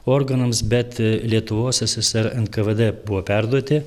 organams bet lietuvos ssr nkvd buvo perduoti